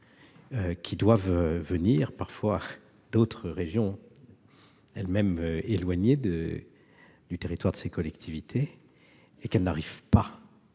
qui doivent parfois venir d'autres régions, elles-mêmes éloignées du territoire de ces collectivités, au point qu'elles n'arrivent pas